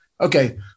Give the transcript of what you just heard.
Okay